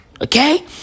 Okay